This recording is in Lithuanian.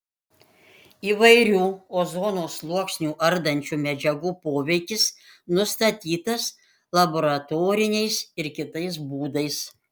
įvairių ozono sluoksnį ardančių medžiagų poveikis nustatytas laboratoriniais ir kitais būdais